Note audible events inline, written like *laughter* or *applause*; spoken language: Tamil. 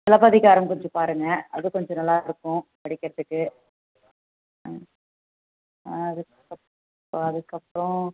சிலப்பதிகாரம் கொஞ்சம் பாருங்கள் அது கொஞ்சம் நல்லாயிருக்கும் படிக்கிறத்துக்கு *unintelligible* அதுக்கப்புறம்